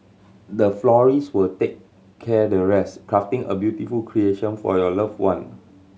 the florist will take care the rest crafting a beautiful creation for your loved one